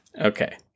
Okay